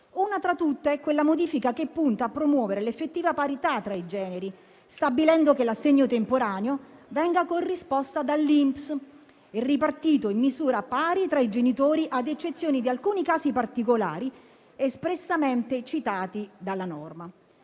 Una tra tutte è quella modifica che punta a promuovere l'effettiva parità tra i generi, stabilendo che l'assegno temporaneo venga corrisposto dall'INPS e ripartito in misura pari tra i genitori, ad eccezione di alcuni casi particolari espressamente citati dalla norma.